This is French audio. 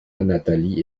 nathalie